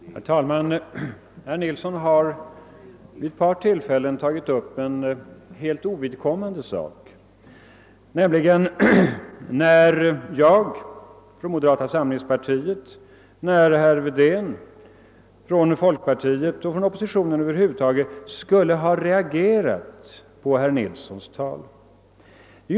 Herr talman! Herr Nilsson har vid ett par tillfällen tagit upp en helt ovidkommande fråga, nämligen frågan om vid vilket tillfälle jag för moderata samlingspartiet, herr Wedén för folkpartiet och man inom oppositionen över huvud taget skulle ha reagerat på herr Nilssons tal.